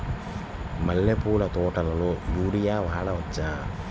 మల్లె పూల తోటలో యూరియా వాడవచ్చా?